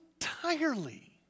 entirely